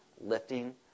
lifting